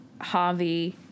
Javi